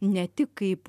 ne tik kaip